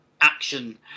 action